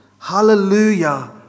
hallelujah